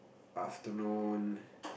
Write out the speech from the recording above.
afternoon